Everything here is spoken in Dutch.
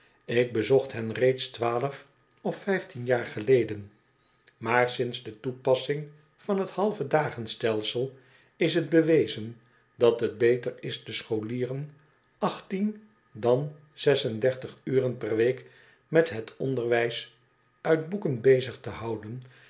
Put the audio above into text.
ik bezocht hen reeds twaalf of vijftien jaar geleden maar sinds de toepassing van het halve dagen stelsel is liet bewezen dat het beter is de scholieren achttien dan zes en dertig uren per week met het onderwijs uit boeken bezig te houden